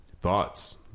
Thoughts